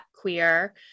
queer